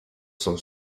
sont